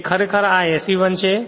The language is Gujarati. તે ખરેખર આ SE1 છે